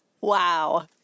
Wow